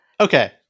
Okay